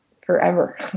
forever